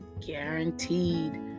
Guaranteed